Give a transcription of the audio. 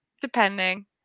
Depending